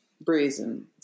brazen